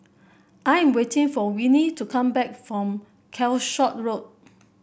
I am waiting for Winnie to come back from Calshot Road